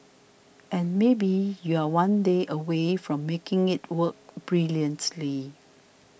and maybe you're one day away from making it work brilliantly